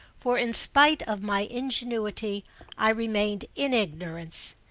for in spite of my ingenuity i remained in ignorance.